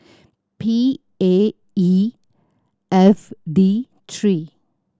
P A E F D three